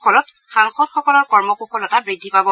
ফলত সাংসদ সকলৰ কৰ্ম কুশলতা বুদ্ধি পাব